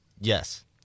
Yes